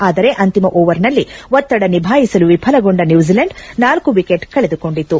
ಆದರೆ ಅಂತಿಮ ಓವರ್ ನಲ್ಲಿ ಒತ್ತಡ ನಿಭಾಯಿಸಲು ವಿಫಲಗೊಂಡ ನ್ನೂಜಿಲೆಂಡ್ ನಾಲ್ಲು ವಿಕೆಟ್ ಕಳೆದುಕೊಂಡಿತು